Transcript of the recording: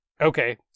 Okay